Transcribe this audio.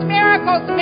miracles